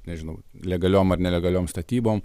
nežinau legaliom ar nelegaliom statybom